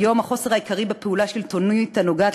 כיום החוסר העיקרי בפעולה השלטונית הנוגעת